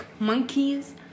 monkeys